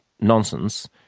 nonsense